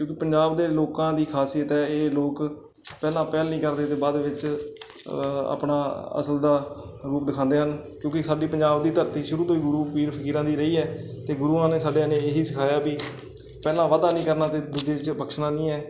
ਕਿਉਂਕਿ ਪੰਜਾਬ ਦੇ ਲੋਕਾਂ ਦੀ ਖਾਸੀਅਤ ਹੈ ਇਹ ਲੋਕ ਪਹਿਲਾਂ ਪਹਿਲ ਨਹੀਂ ਕਰਦੇ ਅਤੇ ਬਾਅਦ ਵਿੱਚ ਆਪਣਾ ਅਸਲ ਦਾ ਰੂਪ ਦਿਖਾਉਂਦੇ ਹਨ ਕਿਉਂਕਿ ਸਾਡੀ ਪੰਜਾਬ ਦੀ ਧਰਤੀ ਸ਼ੁਰੂ ਤੋਂ ਹੀ ਗੁਰੂ ਪੀਰ ਫਕੀਰਾਂ ਦੀ ਰਹੀ ਹੈ ਅਤੇ ਗੁਰੂਆਂ ਨੇ ਸਾਡਿਆਂ ਨੇ ਇਹੀ ਸਿਖਾਇਆ ਵੀ ਪਹਿਲਾਂ ਵਾਧਾ ਨਹੀਂ ਕਰਨਾ ਅਤੇ ਦੂਜੇ 'ਚ ਬਖਸ਼ਣਾ ਨਹੀਂ ਹੈ